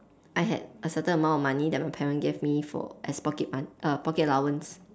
I had a certain amount of money that my parent gave me for as pocket money pocket allowance